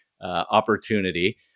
opportunity